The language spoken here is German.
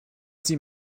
sie